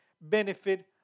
benefit